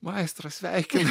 maestro sveikinu